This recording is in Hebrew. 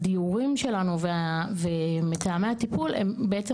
הדיורים שלנו ומתאמי הטיפול הם בעצם